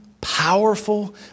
powerful